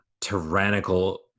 tyrannical